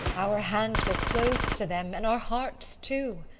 our hands were closed to them. and our hearts too.